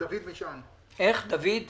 דוד משען ואופיר פינטו.